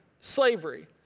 slavery